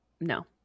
No